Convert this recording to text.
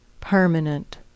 permanent